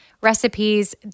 recipes